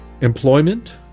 Employment